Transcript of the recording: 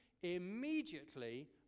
Immediately